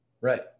right